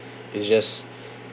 it's just